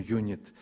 unit